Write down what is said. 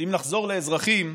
ואם נחזור לאזרחים,